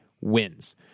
wins